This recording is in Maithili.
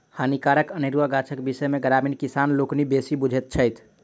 हानिकारक अनेरुआ गाछक विषय मे ग्रामीण किसान लोकनि बेसी बुझैत छथि